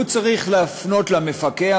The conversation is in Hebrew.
הוא צריך לפנות למפקח,